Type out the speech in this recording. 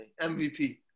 MVP